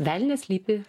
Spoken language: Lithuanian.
velnias slypi